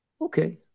Okay